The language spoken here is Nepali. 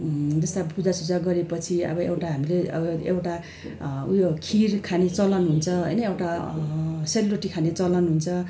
जस्तो अब पूजा सूजा गरे पछि अब एउटा हामीले अब एउटा ऊ यो खिर खाने चलन हुन्छ होइन एउटा सेलरोटी खाने चलन हुन्छ